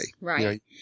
Right